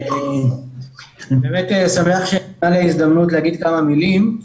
אני שמח שניתנה לי ההזדמנות לומר כמה מלים.